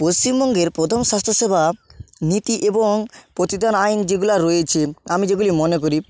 পশ্চিমবঙ্গের প্রধান স্বাস্থ্য সেবা নীতি এবং প্রতিদান আইন যেগুলো রয়েছে আমি যেগুলি মনে করি